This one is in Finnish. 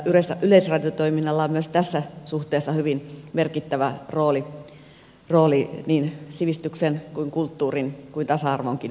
tällä yleisradiotoiminnalla on myös tässä suhteessa hyvin merkittävä rooli niin sivistyksen kulttuurin kuin tasa arvonkin edistäjänä